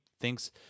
thinks